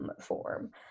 form